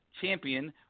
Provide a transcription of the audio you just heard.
champion